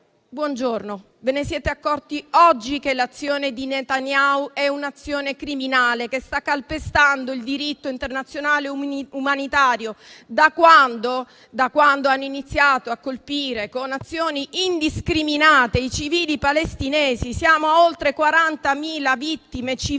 buongiorno, ve ne siete accorti oggi che quella di Netanyahu è un'azione criminale, che sta calpestando il diritto internazionale umanitario, da quando hanno iniziato a colpire con azioni indiscriminate i civili palestinesi? Siamo a oltre 40.000 vittime civili,